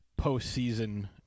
postseason